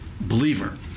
believer